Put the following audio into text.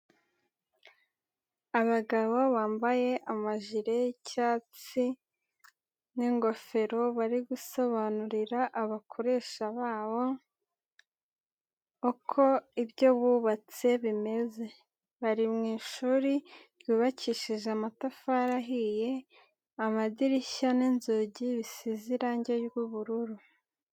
Abagabo bambaye amajire y'icyatsi n'ingofero bari gusobanurira abakoresha babo uko ibyo bubatse bimeze bari mu ishuri ryubakishije amatafari ahiye amadirishya n'inzugi bisize irangi ry'ubururu.